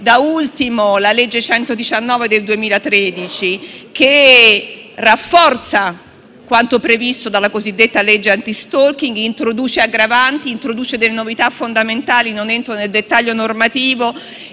Da ultimo, vi è la legge n. 119 del 2013, che rafforza quanto previsto dalla cosiddetta legge anti-*stalking*, introducendo aggravanti e novità fondamentali. Non entro nel dettaglio normativo,